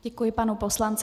Děkuji panu poslanci.